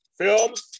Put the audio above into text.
Films